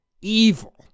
evil